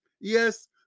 Yes